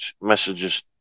messages